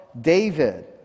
David